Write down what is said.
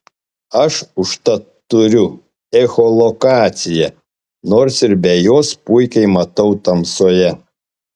aš užtat turiu echolokaciją nors ir be jos puikiai matau tamsoje